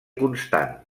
constant